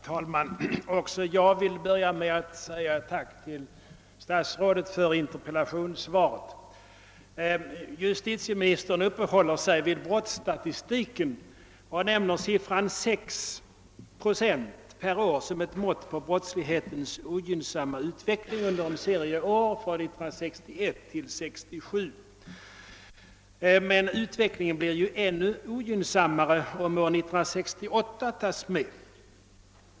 Herr talman! Också jag vill inleda mitt anförande med att tacka statsrådet för interpellationssvaret. Justitieministern uppehåller sig vid brottsstatistiken och nämner siffran 6 procent per år såsom ett mått på brottslighetens ogynnsamma utveckling under en serie år från 1961 till 1967. Men utvecklingen blir ju ännu ogynnsammare om år 1968 tas med.